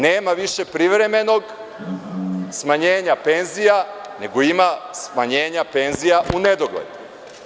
Nema više privremenog smanjenja penzija, nego ima smanjenja penzija u nedogled.